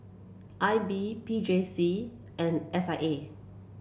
I B P J C and S I A